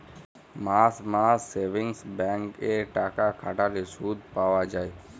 মাস মাস savings bank এ টাকা খাটাল্যে শুধ পাই যায়